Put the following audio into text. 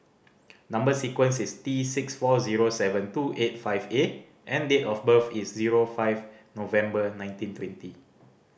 number sequence is T six four zero seven two eight five A and date of birth is zero five November nineteen twenty